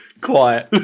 Quiet